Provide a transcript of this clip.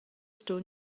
sto